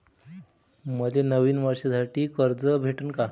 मले नवीन वर्षासाठी कर्ज भेटन का?